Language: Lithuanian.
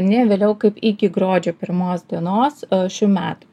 ne vėliau kaip iki gruodžio pirmos dienos šių metų